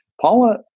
Paula